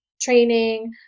training